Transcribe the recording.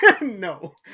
No